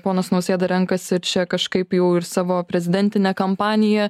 ponas nausėda renkasi čia kažkaip jau ir savo prezidentinę kampaniją